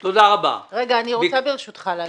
ברשותך, אני רוצה לענות.